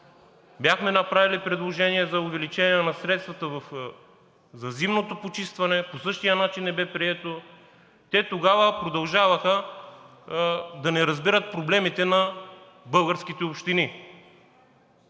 Бяхме направили предложения за увеличение на средствата за зимното почистване – по същия начин не бе прието, и те тогава продължаваха да не разбират проблемите на българските общини.